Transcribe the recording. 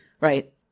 right